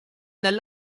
nel